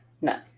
no